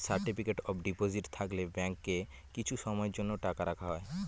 certificate of deposit থাকলে ব্যাঙ্কে কিছু সময়ের জন্য টাকা রাখা হয়